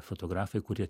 fotografai kurie